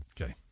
Okay